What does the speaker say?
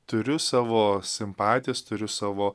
turiu savo simpatijas turiu savo